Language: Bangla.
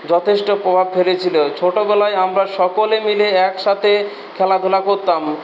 যথেষ্ট প্রভাব ফেলেছিল ছোটবেলায় আমরা সকলে মিলে একসাথে খেলাধূলা করতাম